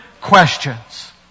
questions